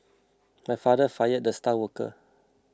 my father fired the star worker